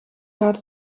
gaat